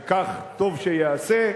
וכך טוב שייעשה.